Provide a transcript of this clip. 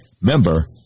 Member